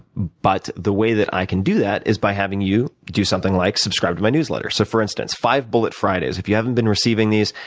but the way that i can do that is by having you do something like subscribe to my newsletters. so, for instance, five bullet fridays, if you haven't been receiving these,